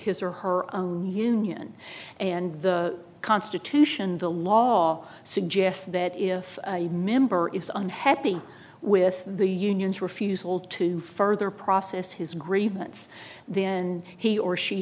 his or her own union and the constitution the law suggests that if a member is unhappy with the union's refusal to further process his grievance then he or she